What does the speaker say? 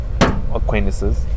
Acquaintances